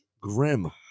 grim